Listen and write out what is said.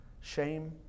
shame